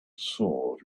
sword